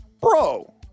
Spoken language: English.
bro